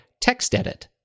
TextEdit